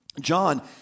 John